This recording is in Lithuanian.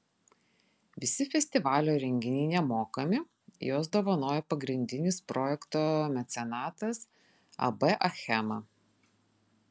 visi festivalio renginiai nemokami juos dovanoja pagrindinis projekto mecenatas ab achema